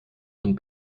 von